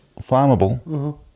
flammable